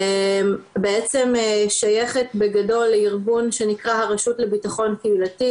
בעצם שייכת בגדול לארגון שנקרא הרשות לבטחון קהילתי,